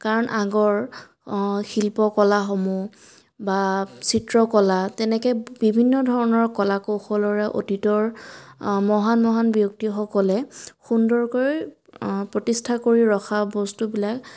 কাৰণ আগৰ শিল্প কলা সমূহ বা চিত্ৰ কলা তেনেকৈ বিভিন্ন ধৰণৰ কলা কৌশলৰে অতীতৰ মহান মহান ব্যক্তি সকলে সুন্দৰকৈ প্ৰতিষ্ঠা কৰি ৰখা বস্তুবিলাক